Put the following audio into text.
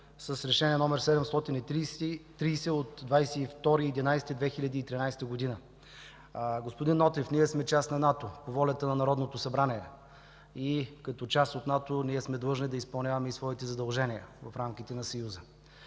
с Решение № 730 от 22 ноември 2013 г. Господин Нотев, ние сме част на НАТО по волята на Народното събрание и като част от НАТО сме длъжни да изпълняваме и своите задължения в рамките на Съюза.